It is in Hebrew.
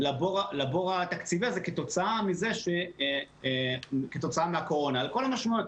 לבור התקציבי הזה כתוצאה מהקורונה עם כל המשמעויות,